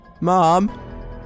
Mom